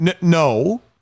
No